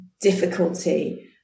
difficulty